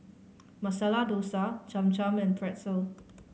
Masala Dosa Cham Cham and Pretzel